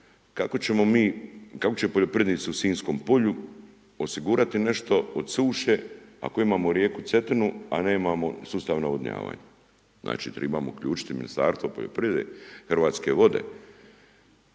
kako će poljoprivrednici u Sinjskom polju osigurati nešto od suše ako imamo rijeku Cetinu a nemamo sustav navodnjavanja? Znači trebamo uključiti Ministarstvo poljoprivrede, Hrvatske vode